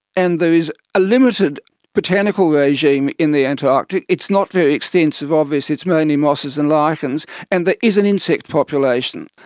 and there is a limited botanical regime in the antarctic, it's not very extensive obviously, it's mainly mosses and lichens. and there is an insect population,